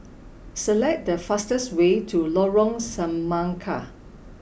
select the fastest way to Lorong Semangka